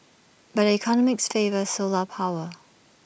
but the economics favour solar power